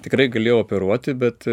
tikrai galėjau operuoti bet